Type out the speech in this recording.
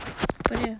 apa dia